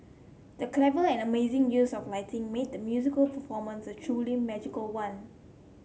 the clever and amazing use of lighting made the musical performance a truly magical one